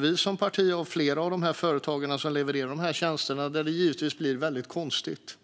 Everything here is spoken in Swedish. Vi som parti och flera av de företag som levererar de här tjänsterna upplever det som väldigt konstigt